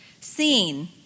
seen